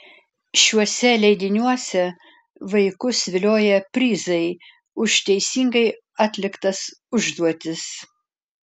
šiuose leidiniuose vaikus vilioja prizai už teisingai atliktas užduotis